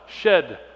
shed